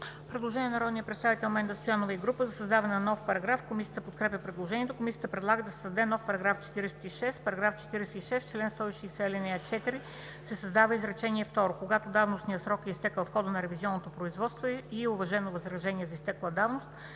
Предложение на народния представител Менда Стоянова и група за създаване на нов параграф. Комисията подкрепя предложението. Комисията предлага да се създаде нов § 46: „§ 46. В чл. 160, ал. 4 се създава изречение второ: „Когато давностният срок е изтекъл в хода на ревизионното производство и е уважено възражение за изтекла давност,